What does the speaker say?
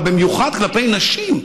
אבל במיוחד כלפי נשים,